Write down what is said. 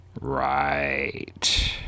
Right